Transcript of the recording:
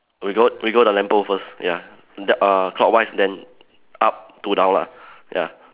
we go we go the lamp pole first ya the uh clockwise then up to down lah ya